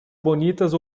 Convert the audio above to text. bonitas